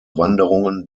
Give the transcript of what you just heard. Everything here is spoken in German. wanderungen